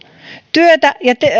työtä ja